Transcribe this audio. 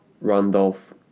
Randolph